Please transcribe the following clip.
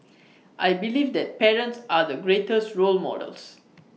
I believe that parents are the greatest role models